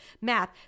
math